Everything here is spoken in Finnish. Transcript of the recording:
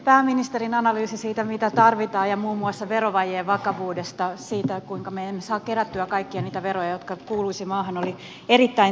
pääministerin analyysi siitä mitä tarvitaan ja muun muassa verovajeen vakavuudesta siitä kuinka me emme saa kerättyä kaikkia niitä veroja jotka kuuluisivat maahan oli erittäin tervetullutta